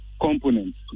components